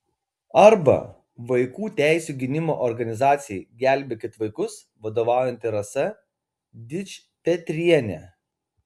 arba vaikų teisių gynimo organizacijai gelbėkit vaikus vadovaujanti rasa dičpetrienė